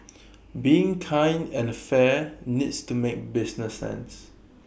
being kind and fair needs to make business sense